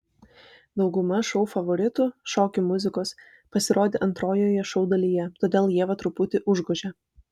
dauguma šou favoritų šokių muzikos pasirodė antrojoje šou dalyje todėl ievą truputį užgožė